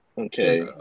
Okay